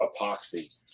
epoxy